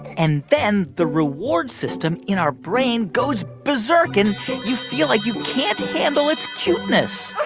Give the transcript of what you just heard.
and then the reward system in our brain goes berserk. and you feel like you can't handle its cuteness